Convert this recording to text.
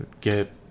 get